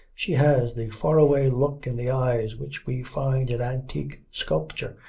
she has the far-away look in the eyes which we find in antique sculpture,